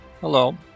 Hello